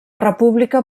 república